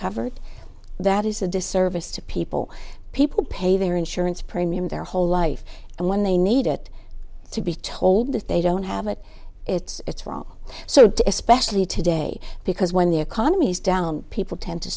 covered that is a disservice to people people pay their insurance premium their whole life and when they need it to be told that they don't have it it's wrong so especially today because when the economy's down people tend to